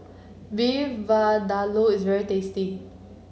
Beef Vindaloo is very tasty